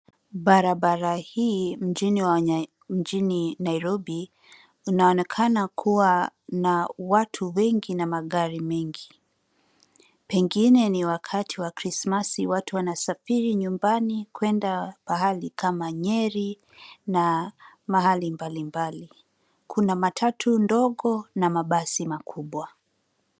Barabara hii mjini Nairobi inaonekana kuwa na watu wengi na magari mengi. Pengine ni wakati wa krisimasi watu wanasafiri nyumbani kwenda pahali kama Nyeri na mahali mbalimbali. Kuna matatu dogo na mabasi makubwa.